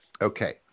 Okay